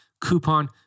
coupon